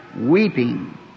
weeping